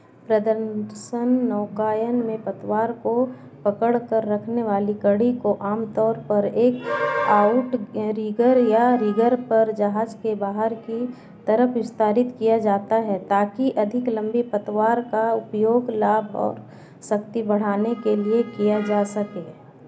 प्रदर्शन नौकायन में पतवार को पकड़ कर रखने वाली कड़ी को आमतौर पर एक आउटरिगर या रिगर पर जहाज़ के बाहर की तरफ़ विस्तारित किया जाता है ताकि अधिक लंबी पतवार का उपयोग लाभ और शक्ति बढ़ाने के लिए किया जा सके